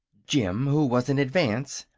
jim, who was in advance,